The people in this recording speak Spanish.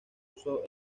uso